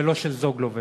ולא של "זוגלובק".